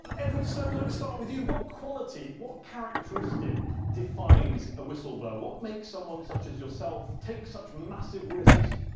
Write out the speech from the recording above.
edward snowden, let me start with you. what quality, what characteristic defines a whistleblower? what makes someone such as yourself take such massive risks?